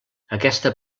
aquesta